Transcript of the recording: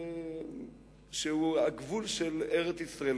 הגבול של ארץ-ישראל.